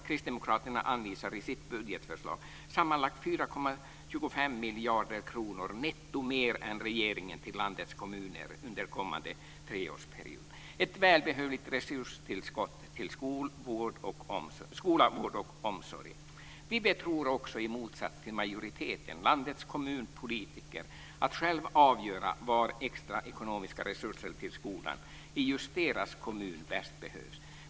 Kristdemokraterna anvisar i sitt budgetförslag sammanlagt 4,25 miljarder kronor netto mer än regeringen till landets kommuner under kommande treårsperiod. Det är ett välbehövligt resurstillskott till skola, vård och omsorg. Vi betror också, i motsats till majoriteten, landets kommunpolitiker att själva avgöra var extra ekonomiska resurser till skolan i just deras kommun bäst behövs.